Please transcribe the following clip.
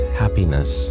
happiness